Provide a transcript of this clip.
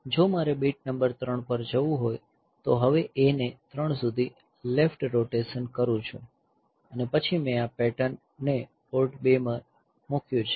જો મારે bit number 3 પર જવું હોય તો હવે A ને 3 સુધી લેફ્ટ રોટેશન કરું છું અને પછી મેં આ પેટર્ન ને પોર્ટ 2 પર મૂક્યું છે